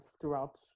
throughout